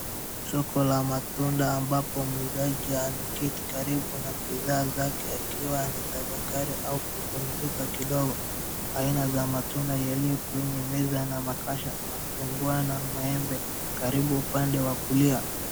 Soko la matunda ambnpo muuzaji ameketi karibu na bidhaa zake akiwa anatafakari au kupumzika kidogo. Aina za matunda yaliyo kwenye meza na makacha, machungwa na maembe karibu upande wa kulia.